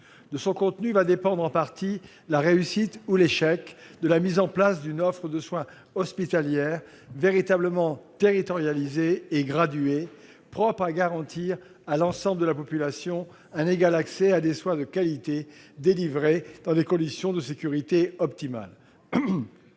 De son contenu va dépendre en partie la réussite ou l'échec de la mise en place d'une offre de soins hospitalière véritablement territorialisée et graduée, propre à garantir à l'ensemble de la population un égal accès à des soins de qualité délivrés dans des conditions de sécurité optimales.